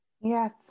Yes